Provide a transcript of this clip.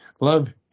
love